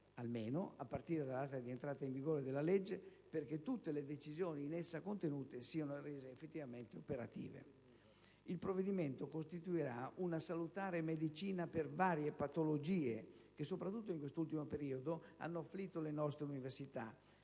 almeno, a partire dalla data di entrata in vigore della legge, perché tutte le decisioni in essa contenute siano effettivamente rese operative. Il provvedimento costituirà una salutare medicina per varie patologie che soprattutto in quest'ultimo periodo hanno afflitto le nostre università,